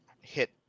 hit